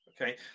Okay